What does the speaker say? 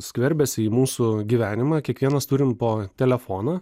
skverbiasi į mūsų gyvenimą kiekvienas turim po telefoną